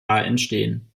entstehen